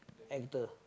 actor